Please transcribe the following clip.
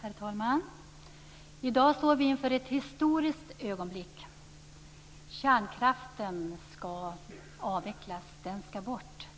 Herr talman! I dag står vi inför ett historiskt ögonblick. Kärnkraften skall avvecklas.